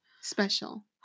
special